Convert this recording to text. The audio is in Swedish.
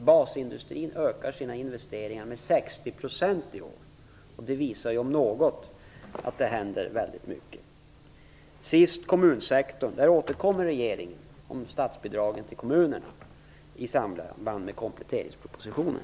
Basindustrin ökar sina investeringar med 60 % i år. Det visar om något att det händer väldigt mycket. Sist frågan om kommunsektorn. Regeringen återkommer om statsbidragen till kommunerna i samband med kompletteringspropositionen.